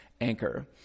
anchor